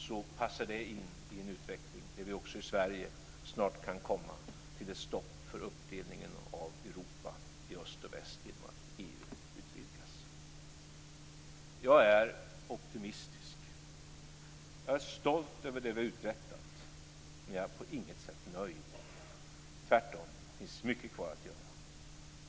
Så passar det in i en utveckling där vi, också i Sverige, snart kan komma till ett stopp för uppdelningen av Europa i öst och väst genom att EU utvidgas. Jag är optimistisk. Jag är stolt över det vi har uträttat. Men jag är på inget sätt nöjd, tvärtom. Det finns mycket kvar att göra.